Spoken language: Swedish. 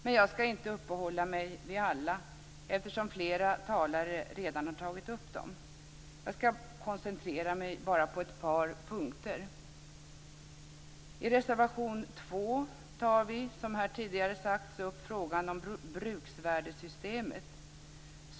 Jag ska dock inte uppehålla mig vid alla, eftersom flera talare redan har tagit upp dem. Jag ska koncentrera mig bara på ett par punkter. I reservation 2 tar vi som tidigare sagts upp frågan om bruksvärdessystemet.